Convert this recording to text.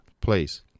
please